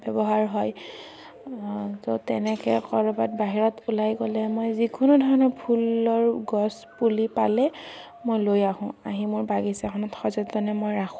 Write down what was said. ব্যৱহাৰ হয় ত' তেনেকৈ ক'ৰবাত বাহিৰত ওলাই গ'লে মই যিকোনো ধৰণৰ ফুলৰ গছপুলি পালে মই লৈ আহোঁ আহি মোৰ বাগিচাখনত সযতনে মই ৰাখোঁ